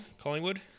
Collingwood